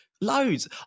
loads